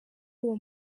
uwo